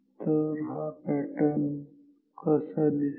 तर पॅटर्न कसा दिसेल